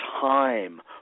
time